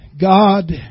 God